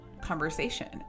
conversation